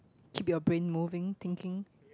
keep your brain moving thinking